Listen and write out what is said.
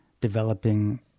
developing